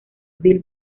bill